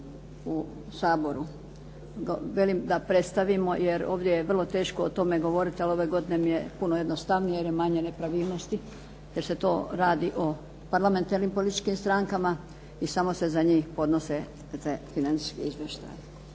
u Saboru. Velim da predstavimo jer ovdje je vrlo teško o tome govoriti, ali ove godine mi je puno jednostavnije jer je manje nepravilnosti jer se to radi o parlamentarnim političkim strankama i samo se za njih podnose te financijske izvještaje.